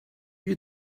you